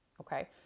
Okay